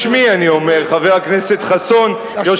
בשמי אני אומר, חבר הכנסת חסון, אל